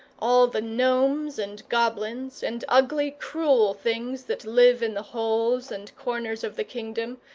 all the gnomes and goblins, and ugly, cruel things that live in the holes and corners of the kingdom,